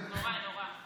נורא, נורא.